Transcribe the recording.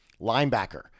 Linebacker